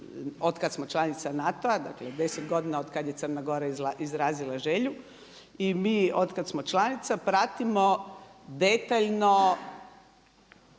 od kad smo članica NATO-a, dakle 10 godina od kad je Crna Gora izrazila želju i mi od kad smo članica pratimo detaljno